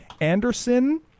anderson